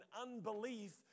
unbelief